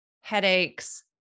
headaches